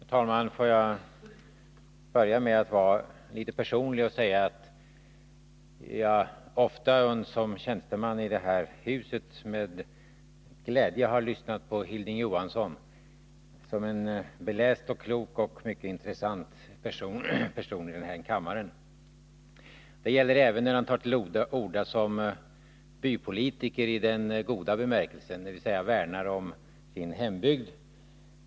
Herr talman! Låt mig börja med att vara litet personlig och säga att jag ofta som tjänsteman i det här huset med glädje har lyssnat på Hilding Johansson som en beläst och klok och mycket intressant person. Det gäller även när han tar till orda som bypolitiker, i den goda bemärkelsen, dvs. värnar om sin hembygd.